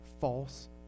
false